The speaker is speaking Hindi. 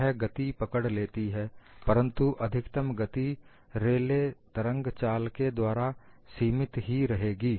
यह गति पकड़ लेती है परंतु अधिकतम गति रेले तरंग चाल के द्वारा सीमित ही रहेगी